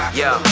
yo